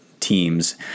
Teams